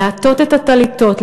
לעטות את הטליתות,